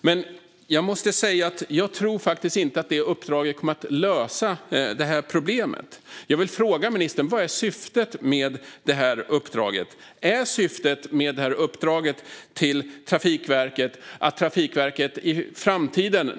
Men jag tror faktiskt inte att detta uppdrag kommer att lösa problemet. Jag vill fråga ministern vad syftet med uppdraget till Trafikverket är.